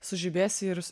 sužibėsi ir